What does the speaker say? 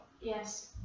Yes